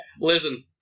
Listen